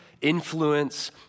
influence